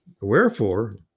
Wherefore